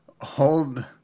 hold